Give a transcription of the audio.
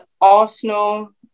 Arsenal